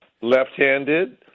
left-handed